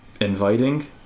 inviting